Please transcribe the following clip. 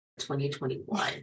2021